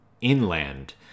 inland